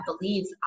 believes